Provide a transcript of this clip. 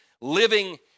living